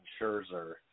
Scherzer